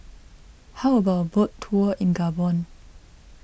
how about a boat tour in Gabon